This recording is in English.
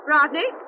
Rodney